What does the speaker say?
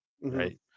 right